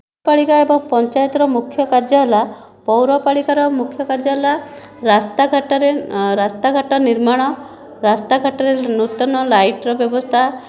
ପାଳିକା ଏବଂ ପଞ୍ଚାୟତର ମୁଖ୍ୟ କାର୍ଯ୍ୟ ହେଲା ପୌରପାଳିକାର ମୁଖ୍ୟ କାର୍ଯ୍ୟ ହେଲା ରାସ୍ତାଘାଟରେ ରାସ୍ତାଘାଟ ନିର୍ମାଣ ରାସ୍ତାଘାଟରେ ନୂତନ ଲାଇଟ୍ର ବ୍ୟବସ୍ଥା